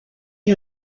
you